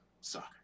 Soccer